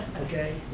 Okay